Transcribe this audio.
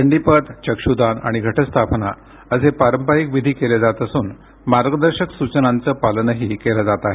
चंडीपथ चक्षूदान आणि घटस्थापना असे पारंपरिक विधी केले जात असून मार्गदर्शक सूचनांचं पालनही केलं जात आहे